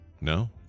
No